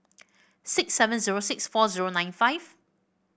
six seven zero six four zero nine five